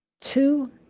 two